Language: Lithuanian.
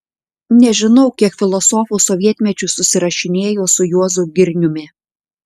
nežinau kiek filosofų sovietmečiu susirašinėjo su juozu girniumi